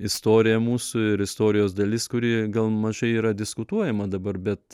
istorija mūsų ir istorijos dalis kuri gal mažai yra diskutuojama dabar bet